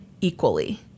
equally